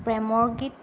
প্ৰেমৰ গীত